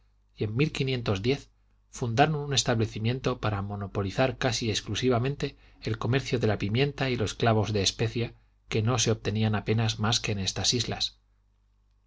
en fundaron un establecimiento para monopolizar casi exclusivamente el comercio de la pimienta y los clavos de especia que no se obtenían apenas mas que en estas islas